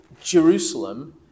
Jerusalem